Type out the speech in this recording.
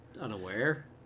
unaware